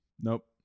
Nope